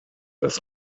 dass